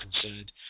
concerned